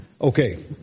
Okay